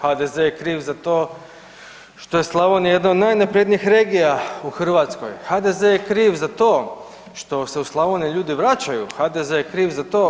HDZ je kriv za to što je Slavonija jedna od najnaprednijih regija u Hrvatskoj, HDZ je kriv za to što se u Slavoniju ljudi vraćaju, HDZ je kriv za to.